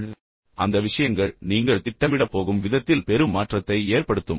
இப்போது அந்த விஷயங்கள் நீங்கள் திட்டமிடப் போகும் விதத்தில் பெரும் மாற்றத்தை ஏற்படுத்தும்